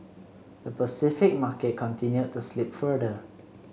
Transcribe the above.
the Pacific market continued to slip further